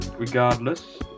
Regardless